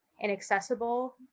inaccessible